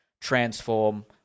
transform